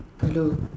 hello